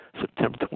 September